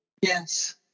Yes